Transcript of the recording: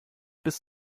bis